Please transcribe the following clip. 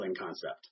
concept